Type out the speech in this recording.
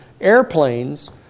airplanes